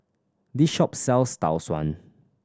this shop sells Tau Suan